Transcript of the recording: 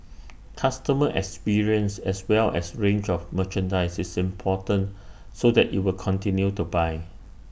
customer experience as well as range of merchandise is important so that IT will continue to buy